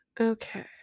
Okay